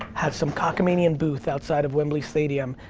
had some cocamanian booth outside of wembley stadium,